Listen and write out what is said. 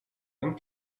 vingt